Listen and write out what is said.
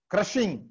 Crushing